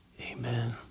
amen